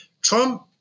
Trump